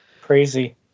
Crazy